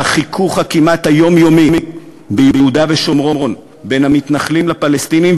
החיכוך הכמעט יומיומי ביהודה ושומרון בין המתנחלים לפלסטינים,